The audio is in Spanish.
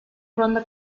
ronda